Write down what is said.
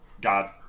god